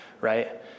right